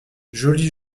joli